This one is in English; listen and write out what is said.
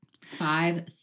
Five